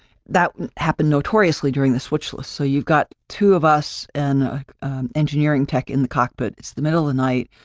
that will happen notoriously during the switch lists. so, you've got two of us and engineering tech in the cockpit. it's the middle of the night.